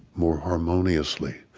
more harmoniously,